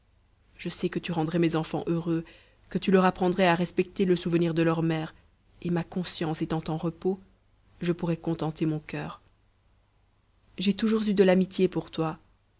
je sais que tu rendrais mes enfants heureux que tu leur apprendrais à respecter le souvenir de leur mère et ma conscience étant en repos je pourrais contenter mon cur j'ai toujours eu de l'amitié pour toi